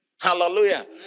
Hallelujah